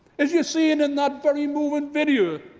as you see in and that very movement video,